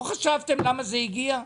לא חשבתם למה זה הגיע?